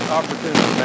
opportunity